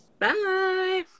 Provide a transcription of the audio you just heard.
Bye